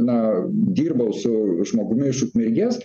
na dirbau su žmogumi iš ukmergės